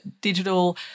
digital